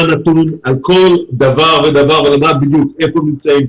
נתון על כל דבר ודבר ולדעת בדיוק היכן נמצאים,